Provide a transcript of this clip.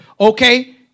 okay